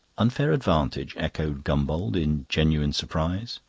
unfair advantage? echoed gombauld in genuine surprise.